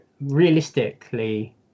realistically